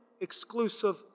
exclusive